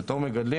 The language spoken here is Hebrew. בתור מגדלים,